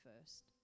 first